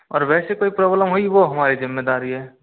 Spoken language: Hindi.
और वैसे कोई प्रॉब्लम हुई वह हमारी जिम्मेदारी है